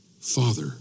father